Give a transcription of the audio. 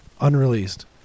unreleased